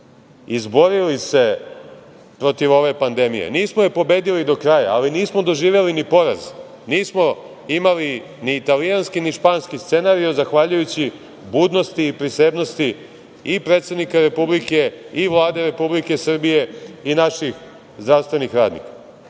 izborili se protiv ove pandemije. Nismo je pobedili do kraja, ali nismo doživeli ni poraz. Nismo imali ni italijanski, ni španski scenario zahvaljujući budnosti i prisebnosti i predsednika Republike i Vlade Republike Srbije i naših zdravstvenih radnika.